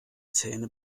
zähne